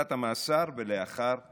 בתקופת המאסר ולאחר השחרור.